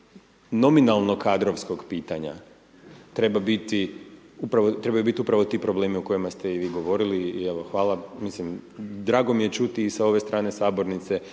od nominalnog kadrovskog pitanja. Trebaju biti upravo ti problemi o kojima ste vi govorili i evo hvala, mislim, drago mi je čuti i sa ove strane sabornice